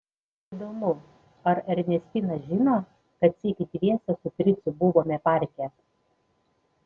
įdomu ar ernestina žino kad sykį dviese su fricu buvome parke